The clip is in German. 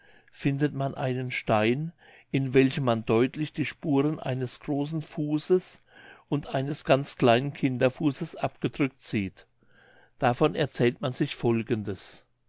findet man einen stein in welchem man deutlich die spuren eines großen fußes und eines ganz kleinen kinderfußes abgedrückt sieht davon erzählt man sich folgendes